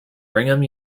brigham